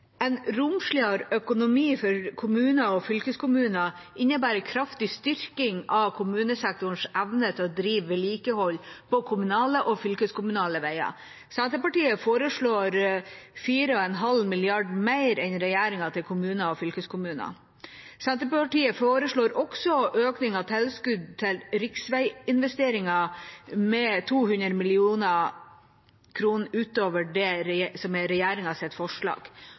En romsligere økonomi for kommuner og fylkeskommuner innebærer en kraftig styrking av kommunesektorens evne til å drive vedlikehold på kommunale og fylkeskommunale veier. Senterpartiet foreslår derfor 4,5 mrd. kr mer enn regjeringa til kommunene og fylkeskommunene. Senterpartiet foreslår også en økning av tilskuddet til riksveiinvesteringer med 200 mill. kr utover regjeringas forslag. Det gjør det mulig å forsere noen strategisk viktige veistrekninger som